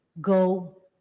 Go